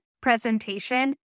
presentation